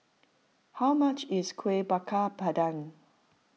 how much is Kuih Bakar Pandan